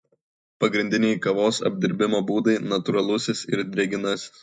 pagrindiniai kavos apdirbimo būdai natūralusis ir drėgnasis